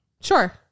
sure